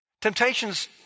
Temptations